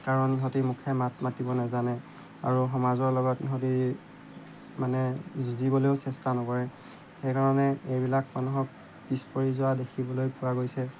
কাৰণ ইহঁতি মুখেৰে মাত মাতিব নাজানে আৰু সমাজৰ লগত সিহঁতি মানে যুঁজিবলৈও চেষ্টা নকৰে সেইকাৰণে এইবিলাক মানুহক পিছ পৰি যোৱা দেখিবলৈ পোৱা গৈছে